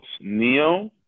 Neo